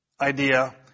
idea